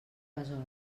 besora